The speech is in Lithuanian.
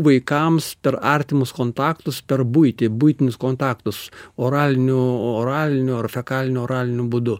vaikams per artimus kontaktus per buitį buitinius kontaktus oraliniu oraliniu ar fekaliniu oraliniu būdu